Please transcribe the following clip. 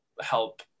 help